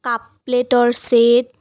cup প্লেটৰ chat